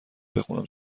بخونم